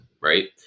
right